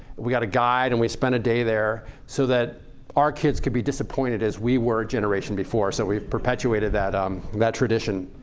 we got a guide and we spent a day there so that our kids could be disappointed as we were a generation before. so we've perpetuated that um that tradition.